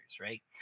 right